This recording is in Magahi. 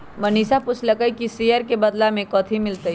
मनीषा पूछलई कि ई शेयर के बदला मे कथी मिलतई